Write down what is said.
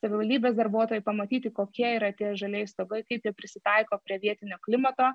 savivaldybės darbuotojai pamatyti kokie yra tie žalieji stabai kaip jie prisitaiko prie vietinio klimato